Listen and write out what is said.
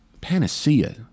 panacea